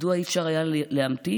מדוע אי-אפשר היה להמתין,